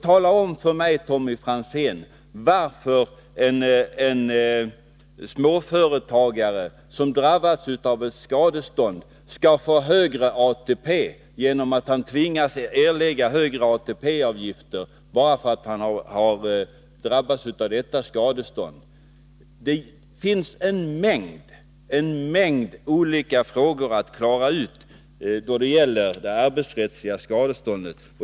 Tala om för mig, Tommy Franzén, varför en småföretagare som drabbas av ett skadestånd skall få högre ATP genom att han tvingas att erlägga högre ATP-avgifter bara därför att han har drabbats av skadestånd! Det finns en mängd olika frågor att klara ut då det gäller det arbetsrättsliga skadeståndet.